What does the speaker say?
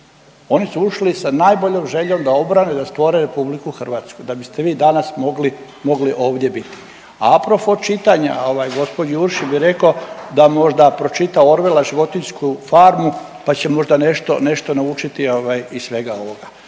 Oni su ušli sa najboljom željom da obrane, da stvore Republiku Hrvatsku da biste vi danas mogli ovdje biti. A propos čitanja gospođi Urši bi rekao da možda pročita Orwella „Životinjsku farmu“, pa će možda nešto naučiti iz svega ovoga,